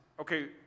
okay